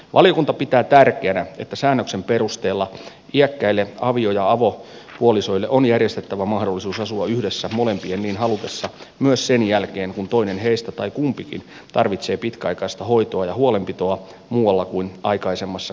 valiokunta pitää tärkeänä että säännöksen perusteella iäkkäille avio ja avopuolisoille on järjestettävä mahdollisuus asua yhdessä molempien niin halutessa myös sen jälkeen kun toinen heistä tai kumpikin tarvitsee pitkäaikaista hoitoa ja huolenpitoa muualla kuin aikaisemmassa kodissaan